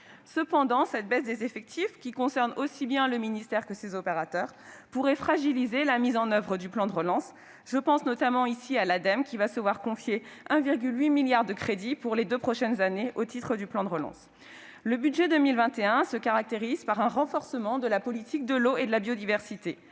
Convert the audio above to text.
Toutefois, cette baisse des effectifs, qui concerne tant le ministère que ses opérateurs, pourrait fragiliser la mise en oeuvre du plan de relance ; je pense notamment à l'Ademe, qui se voit confier 1,8 milliard d'euros de crédits pour les deux prochaines années, au titre du plan de relance. Le budget de 2021 se caractérise par un renforcement de la politique de l'eau et de la biodiversité